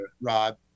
Rob